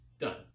done